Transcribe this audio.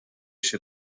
się